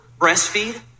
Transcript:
breastfeed